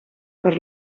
per